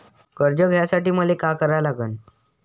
कर्ज घ्यासाठी मले का करा लागन?